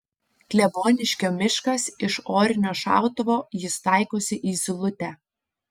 kleboniškio miškas iš orinio šautuvo jis taikosi į zylutę